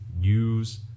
use